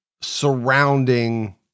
surrounding